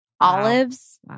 olives